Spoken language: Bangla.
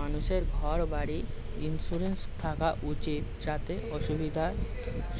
মানুষের ঘর বাড়ির ইন্সুরেন্স থাকা উচিত যাতে অসুবিধার